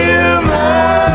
human